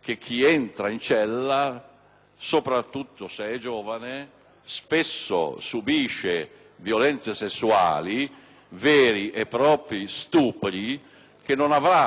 che chi entra in cella, soprattutto se è giovane, spesso subisce violenze sessuali, veri e propri strupri, che non avrà mai il coraggio di